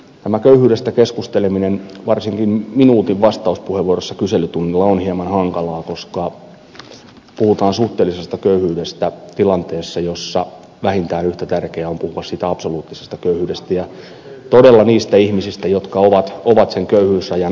tämä köyhyydestä keskusteleminen varsinkin minuutin vastauspuheenvuorossa kyselytunnilla on hieman hankalaa koska puhutaan suhteellisesta köyhyydestä tilanteessa jossa vähintään yhtä tärkeää on puhua siitä absoluuttisesta köyhyydestä ja todella niistä ihmisistä jotka ovat sen köyhyysrajan alla